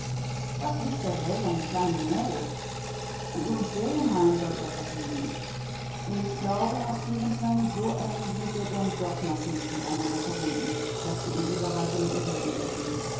was liegt der welt an dem kleinen mädel an ihrem ferienheim soll ihr etwas liegen ich glaube herr stefenson so eng sind wir denn doch noch nicht miteinander verbunden daß sie in dieser weise mit mir reden dürfen